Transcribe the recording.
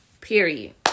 Period